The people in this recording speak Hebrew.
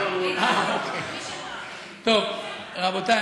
רבותי,